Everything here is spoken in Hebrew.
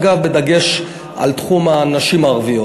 אגב בדגש על תחום הנשים הערביות,